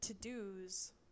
to-dos